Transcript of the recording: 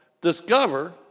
discover